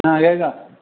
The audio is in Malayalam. ആ കേൾക്കാം